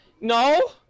No